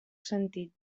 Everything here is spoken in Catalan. sentit